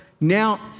now